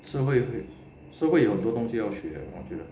社会社会有很多东西要学我觉得